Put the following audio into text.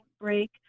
break